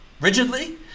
rigidly